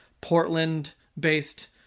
Portland-based